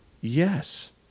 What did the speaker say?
yes